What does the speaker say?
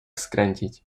skręcić